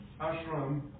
ashram